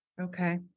Okay